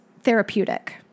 therapeutic